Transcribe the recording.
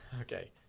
Okay